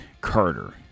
Carter